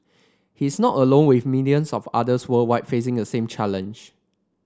he's not alone with millions of others worldwide facing a same challenge